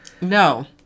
No